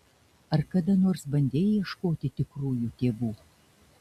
ar kada nors bandei ieškoti tikrųjų tėvų